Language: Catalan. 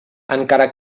encara